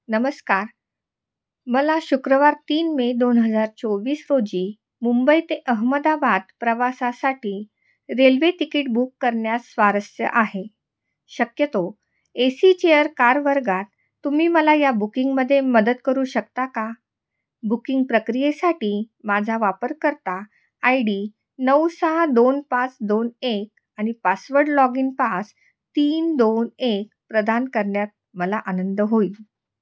नमस्कार मला शुक्रवार तीन मे दोन हजार चोवीस रोजी मुंबई ते अहमदाबाद प्रवासासाठी रेल्वे तिकीट बुक करण्यात स्वारस्य आहे शक्यतो ए सी चेअर कार वर्गात तुम्ही मला या बुकिंगमध्ये मदत करू शकता का बुकिंग प्रक्रियेसाठी माझा वापरकर्ता आय डी नऊ सहा दोन पाच दोन एक आणि पासवर्ड लॉगिन पास तीन दोन एक प्रदान करण्यात मला आनंद होईल